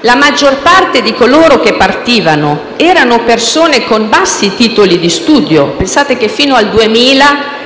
la maggior parte di coloro che partivano erano persone con bassi titoli di studio (pensate che, fino al 2000,